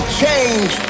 change